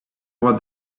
what